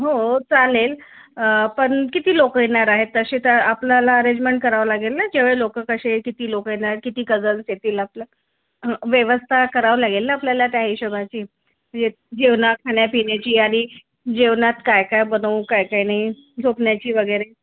हो चालेल पण किती लोक येणार आहेत तसे तर आपल्याला अरेंजमेंट करावं लागेल ना जेवढे लोक कसे किती लोक येणार किती कजन्स येतील आपलं व्यवस्था करावं लागेल ना आपल्याला त्या हिशोबाची म्हणजे जेवणा खाण्यापिण्याची आणि जेवणात काय काय बनवू काय काय नाही झोपण्याची वगैरे